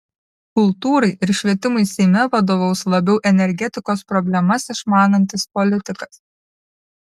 kultūrai ir švietimui seime vadovaus labiau energetikos problemas išmanantis politikas